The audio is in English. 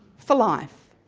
for life?